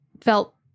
felt